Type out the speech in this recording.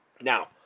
Now